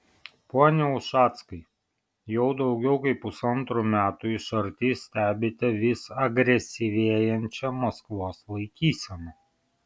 pone ušackai jau daugiau kaip pusantrų metų iš arti stebite vis agresyvėjančią maskvos laikyseną